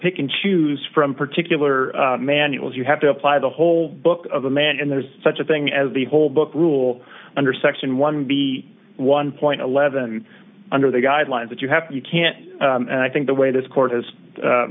pick and choose from particular manuals you have to have why the whole book of a man and there's such a thing as the whole book rule under section one b one point one one under the guidelines that you have you can't think the way this court has